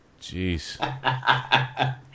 Jeez